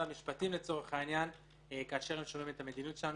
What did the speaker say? המשפטים כאשר הם שומעים על המדיניות שלנו.